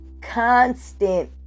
constant